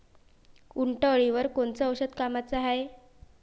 उंटअळीवर कोनचं औषध कामाचं हाये?